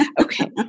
Okay